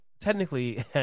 technically